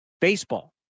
baseball